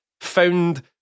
found